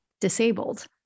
disabled